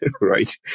right